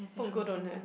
Punggol don't have